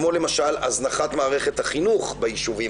כמו למשל הזנחת מערכת החינוך ביישובים